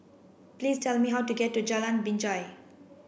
please tell me how to get to Jalan Binjai